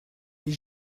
les